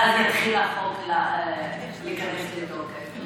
ואז החוק ייכנס לתוקף.